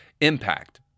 impact